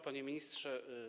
Panie Ministrze!